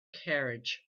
carriage